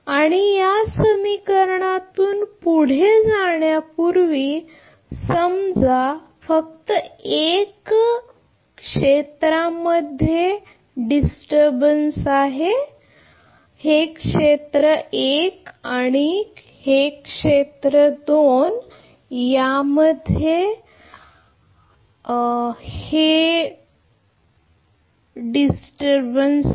आणि या समीकरणातून पुढे जाण्यापूर्वी समजा फक्त 1 क्षेत्र मध्ये डिस्टर्बन्स आहे हे क्षेत्र 1 आणि क्षेत्रा 2 मध्ये आहे